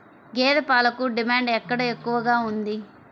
గేదె పాలకు డిమాండ్ ఎక్కడ ఎక్కువగా ఉంది?